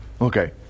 Okay